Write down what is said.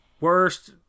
worst